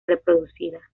reproducida